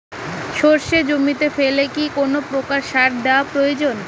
সর্ষে জমিতে ফেলে কি কোন প্রকার সার দেওয়া প্রয়োজন?